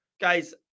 Guys